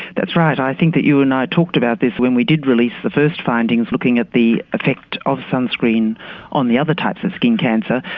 that's right i think you and i talked about this when we did release the first findings looking at the effect of sunscreen on the other types of skin cancer.